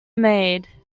maid